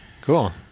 Cool